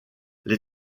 les